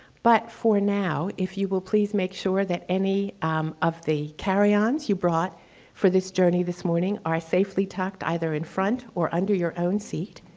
but for now, if you will please make sure that any um of the carry-ons you brought for this journey this morning are safely tucked either in front or under your own seat,